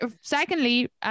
Secondly